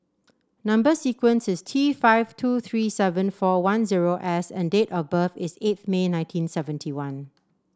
number sequence is T five two three seven four one zero S and date of birth is eighth May nineteen seventy one